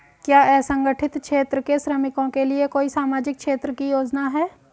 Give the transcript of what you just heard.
क्या असंगठित क्षेत्र के श्रमिकों के लिए कोई सामाजिक क्षेत्र की योजना है?